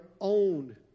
own